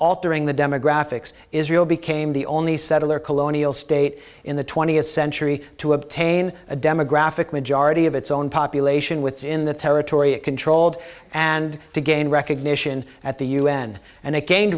altering the demographics israel became the only settler colonial state in the twentieth century to obtain a demographic majority of its own population within the territory it controlled and to gain recognition at the un and it gained